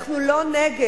אנחנו לא נגד.